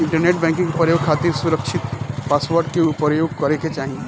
internet banking के प्रयोग खातिर सुरकछित पासवर्ड के परयोग करे के चाही